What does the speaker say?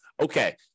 okay